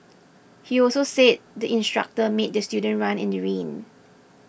he also said the instructor made the student run in the rain